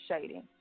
shading